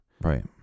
Right